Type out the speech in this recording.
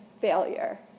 failure